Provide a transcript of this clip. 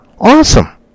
Awesome